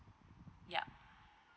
yup